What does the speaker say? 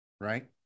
right